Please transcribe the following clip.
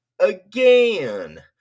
again